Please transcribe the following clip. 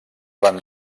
van